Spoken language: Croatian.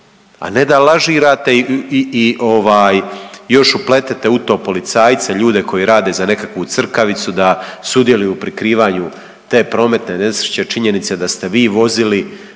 a ne da lažirate i još upletete u to policajce, ljude koji rade za nekakvu crkavicu da sudjeluju u prikrivanju te prometne nesreće, činjenice da ste vi vozili,